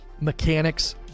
mechanics